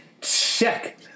Check